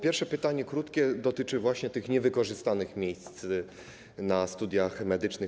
Pierwsze pytanie, krótkie, dotyczy właśnie tych niewykorzystanych miejsc na studiach medycznych.